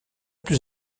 plus